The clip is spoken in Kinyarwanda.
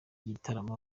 gitaramo